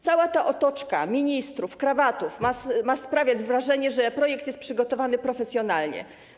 Cała ta otoczka ministrów, krawatów ma sprawiać wrażenie, że projekt jest przygotowany profesjonalnie.